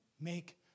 make